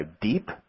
deep